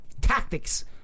tactics